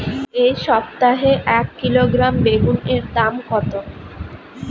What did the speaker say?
এই সপ্তাহে এক কিলোগ্রাম বেগুন এর দাম কত?